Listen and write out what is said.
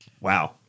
Wow